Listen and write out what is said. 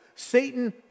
Satan